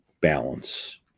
balance